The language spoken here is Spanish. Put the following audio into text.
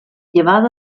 llevado